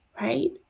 right